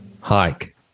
Hike